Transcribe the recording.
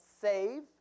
save